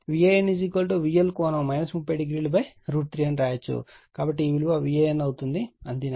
కాబట్టి ఈ విలువ Van అవుతుంది అని దీని అర్థం